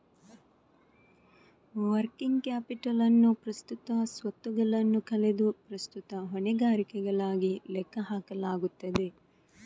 working capital ಅನ್ನು ಪ್ರಸ್ತುತ ಸ್ವತ್ತುಗಳನ್ನು ಕಳೆದು ಪ್ರಸ್ತುತ ಹೊಣೆಗಾರಿಕೆಗಳಾಗಿ ಲೆಕ್ಕ ಹಾಕಲಾಗುತ್ತದೆ